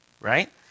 right